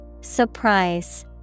Surprise